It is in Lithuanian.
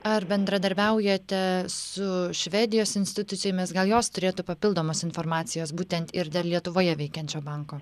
ar bendradarbiaujate su švedijos institucijomis gal jos turėtų papildomos informacijos būtent ir dėl lietuvoje veikiančio banko